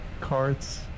carts